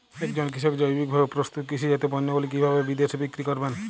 একজন কৃষক জৈবিকভাবে প্রস্তুত কৃষিজাত পণ্যগুলি কিভাবে বিদেশে বিক্রি করবেন?